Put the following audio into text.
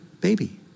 baby